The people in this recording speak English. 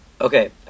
Okay